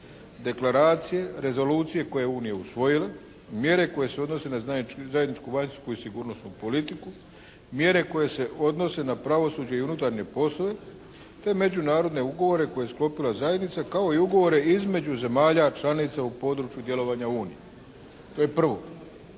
deklaracije, rezolucije koje je Unija usvojila, mjere koje se odnose na zajedničku vanjski u sigurnosnu politiku, mjere koje se odnose na pravosuđe i unutarnje poslove, te međunarodne ugovore koje je sklopila zajednica, kao i ugovore između zemalja članica u području djelovanja Unije. To je prvo.